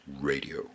Radio